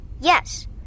Yes